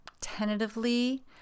tentatively